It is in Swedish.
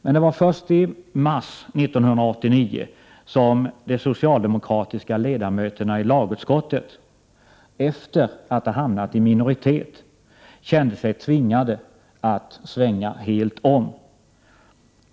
Men det var först i mars 1989 som de socialdemokratiska ledamöterna i lagutskottet — efter att ha hamnat i minoritet — kände sig tvingade att svänga helt om.